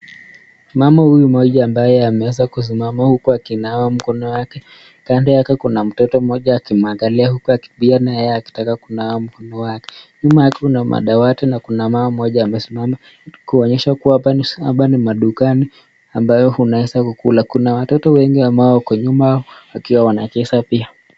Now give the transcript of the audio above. Mama huyu mmoja ambaye ameweza kusimama huku akinawa mkono yake kando yake kuna mtoto moja akimwangalia huku pia naye akitaka kunawa mkono wake, Nyuma kuna madawati na kuna mama mmoja amesimama kuonyesha kuwa hapa ni madukani ambayo unaweza kukula kuna watoto wengi ambao wako nyuma wakiwa wanacheza pia.